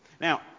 Now